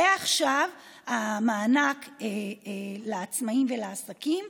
זה עכשיו המענק לעצמאים ולעסקים,